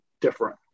different